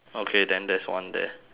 okay then there's one there